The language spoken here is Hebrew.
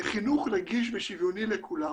לחינוך נגיש ושוויוני לכולם.